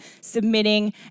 submitting